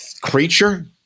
creature